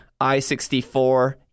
I-64